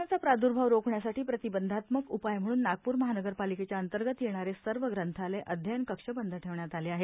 कोरोनाचा प्रादुर्भाव रोखण्यासही प्रतबंधात्मक उपाय म्हणून नागपूर महानगर पालिकेच्या अंतर्गत येणारे सर्व ग्रंथालय अध्ययन कक्ष बंद ठेवण्यात आले आहेत